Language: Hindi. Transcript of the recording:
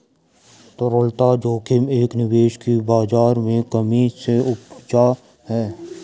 तरलता जोखिम एक निवेश की बाज़ार में कमी से उपजा है